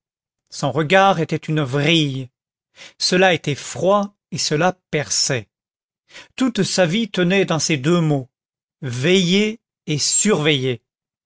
son regard était une vrille cela était froid et cela perçait toute sa vie tenait dans ces deux mots veiller et surveiller